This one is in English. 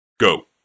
Go